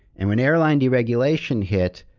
and when airline deregulation hit,